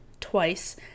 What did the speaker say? twice